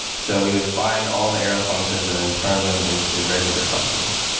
so we would find all the arrow functions and then turn them into regular functions.